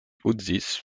uzis